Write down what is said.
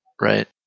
right